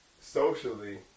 socially